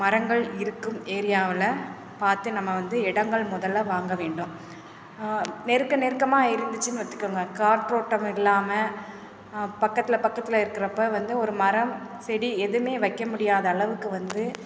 மரங்கள் இருக்கும் ஏரியாவில் பார்த்து நம்ம வந்து இடங்கள் முதல்ல வாங்க வேண்டும் நெருக்கம் நெருக்கமாக இருந்துச்சின்னு வச்சிக்கோங்க காற்றோட்டம் இல்லாமல் பக்கத்தில் பக்கத்தில் இருக்கிறப்ப வந்து ஒரு மரம் செடி எதுவுமே வைக்க முடியாத அளவுக்கு வந்து